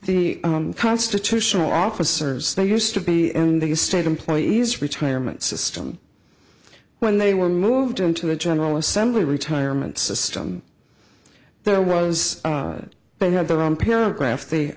the constitutional officers there used to be in the state employees retirement system when they were moved into the general assembly retirement system there was but had their own paragraph the